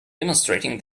demonstrating